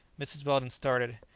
mrs. weldon started.